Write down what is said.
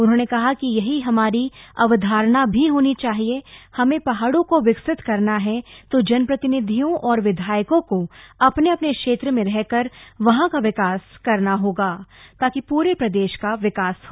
उन्होंने कहा कि यही हमारी अवधारणा भी होनी चाहिए हमें पहाड़ों को विकसित करना है तो जनप्रतिनिधियों और विधायकों को अपने अपने क्षेत्र में रहकर वहां का विकास करना होगा ताकि प्रे प्रदेश का विकास हो